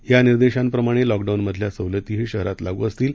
या निर्देशांप्रमाणे लॉकडाऊनमधल्या सवलतीही शहरात लागू असतील